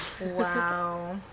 Wow